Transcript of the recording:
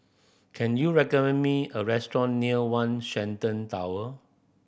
can you recommend me a restaurant near One Shenton Tower